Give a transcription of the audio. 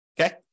Okay